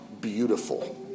beautiful